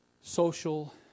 social